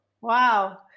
Wow